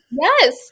Yes